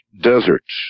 deserts